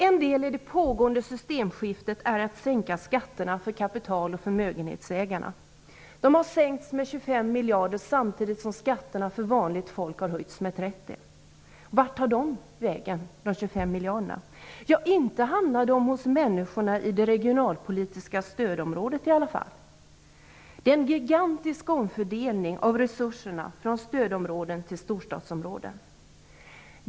En del i det pågående systemskiftet är att sänka skatterna för kapital och förmögenhetsägarna. De har sänkts med 25 miljarder samtidigt som skatterna för vanligt folk har höjts med 30. Vart tar de 25 miljarderna vägen? Inte hamnar de hos människorna i det regionalpolitiska stödområdet i alla fall! Det handlar om en gigantisk omfördelning av resurserna från stödområden till storstadsområden.